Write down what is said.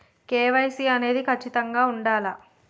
KYC అనేది ఖచ్చితంగా ఉండాలా?